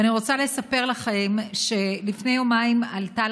ואני רוצה לספר לכם שלפני יומיים עלתה